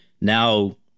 now